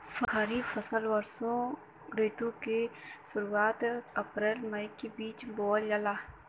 खरीफ फसल वषोॅ ऋतु के शुरुआत, अपृल मई के बीच में बोवल जाला